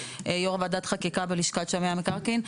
יו"ר ועדת חקיקה בלשכת שמאי המקרקעין.